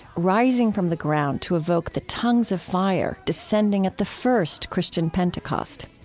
rising from the ground to evoke the tongues of fire descending at the first christian pentecost.